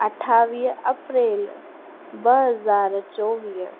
अठावीह अप्रैल ॿ हज़ार चोवीह